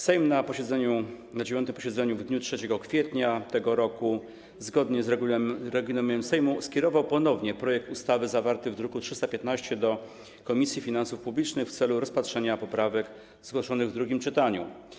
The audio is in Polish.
Sejm na 9. posiedzeniu w dniu 3 kwietnia tego roku zgodnie z regulaminem Sejmu skierował ponownie projekt ustawy zawarty w druku nr 315 do Komisji Finansów Publicznych w celu rozpatrzenia poprawek zgłoszonych w drugim czytaniu.